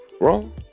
wrong